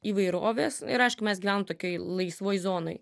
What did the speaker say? įvairovės ir aišku mes gyvenam tokioj laisvoj zonoj